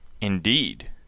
indeed